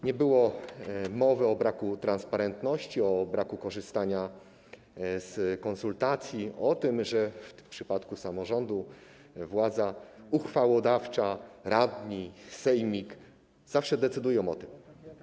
Nie było mowy o braku transparentności, o braku korzystania z konsultacji, o tym, że - w przypadku samorządu - władza uchwałodawcza, radni, sejmik zawsze decydują o tym.